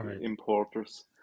importers